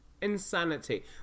insanity